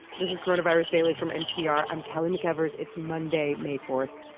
this is coronavirus daily from npr. i'm kelly mcevers. it's monday, may four